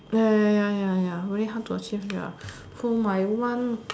ya ya ya ya ya very hard to achieve ya for my one